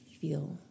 feel